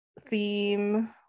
theme